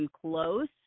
close